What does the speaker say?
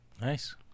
nice